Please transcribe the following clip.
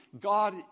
God